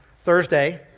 Thursday